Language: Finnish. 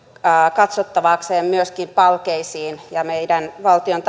katsottavakseen myöskin palkeisiin meidän valtion